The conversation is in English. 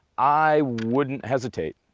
i wouldn't hesitate.